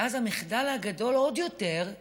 והמחדל הגדול עוד יותר,